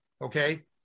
okay